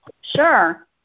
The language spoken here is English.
Sure